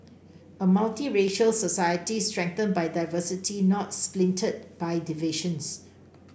a multiracial society strengthened by diversity not splintered by divisions